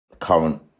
current